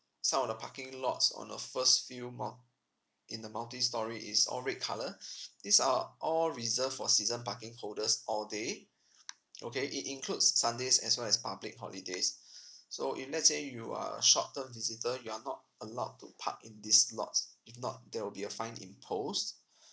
some of the parking lots on a first few mul~ in the multi storey is all red colour these are all reserved for season parking holders all day okay it includes sundays as well as public holidays so if let's say you are a short term visitor you are not allowed to park in these lots if not there will be a fine imposed